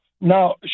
Now